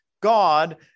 God